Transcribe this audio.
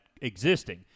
existing